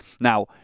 Now